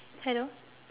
hello